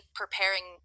preparing